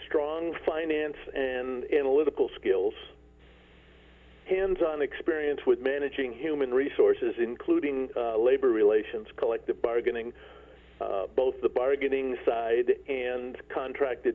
strong finance and analytical skills hands on experience with managing human resources including labor relations collective bargaining both the bargaining side and the contracted